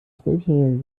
zwölfjähriger